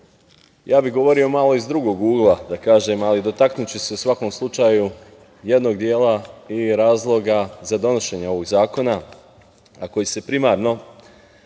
Ja bih govorio malo iz drugog ugla, da kažem, ali dotaknuću se u svakom slučaju jednog dela i razloga za donošenje ovog zakona a koji se primarno